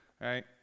right